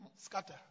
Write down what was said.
Scatter